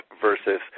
versus